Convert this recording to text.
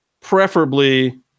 preferably